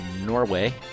Norway